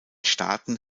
staaten